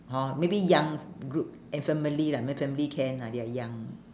hor maybe young group eh family lah family can ah they are young